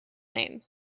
name